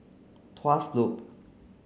Tuas Loop